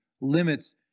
limits